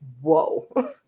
whoa